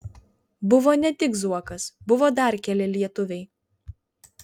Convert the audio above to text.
buvo ne tik zuokas buvo dar keli lietuviai